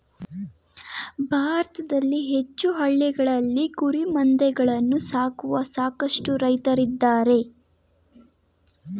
ಭಾರತದಲ್ಲಿ ಹೆಚ್ಚು ಹಳ್ಳಿಗಳಲ್ಲಿ ಕುರಿಮಂದೆಗಳನ್ನು ಸಾಕುವ ಸಾಕಷ್ಟು ರೈತ್ರಿದ್ದಾರೆ